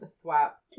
swap